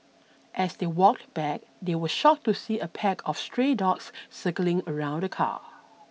as they walked back they were shocked to see a pack of stray dogs circling around the car